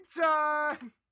time